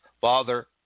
Father